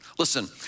Listen